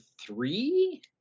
three